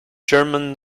german